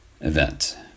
event